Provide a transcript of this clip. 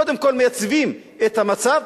קודם כול מייצבים את המצב,